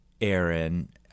Aaron